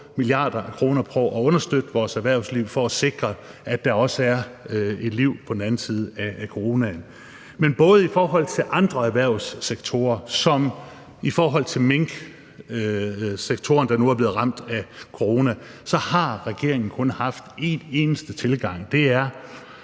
milliarder af kroner på at understøtte vores erhvervsliv for at sikre, at der også er et liv på den anden side af coronaen. Men både i forhold til andre erhvervssektorer og i forhold til minksektoren, der nu er blevet ramt af coronaen, har regeringen kun haft en eneste tilgang, nemlig